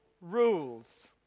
rules